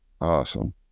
Awesome